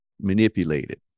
manipulated